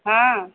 हँ